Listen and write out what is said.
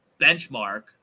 benchmark